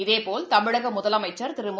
இதேபோல் தமிழகமுதலமைச்சா் திரு மு